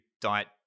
Diet